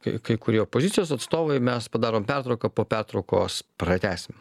kai kai kurie opozicijos atstovai mes padarom pertrauką po pertraukos pratęsim